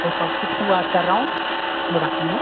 post office से बात कर रहा हूँ गुड आफ्टरनून